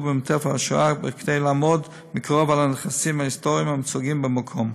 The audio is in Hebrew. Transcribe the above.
ב"מרתף השואה" כדי לעמוד מקרוב על הנכסים ההיסטוריים המוצגים במקום.